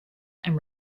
and